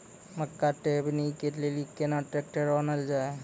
मक्का टेबनी के लेली केना ट्रैक्टर ओनल जाय?